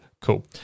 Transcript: Cool